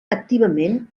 activament